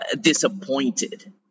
disappointed